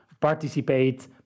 participate